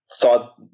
thought